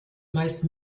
meist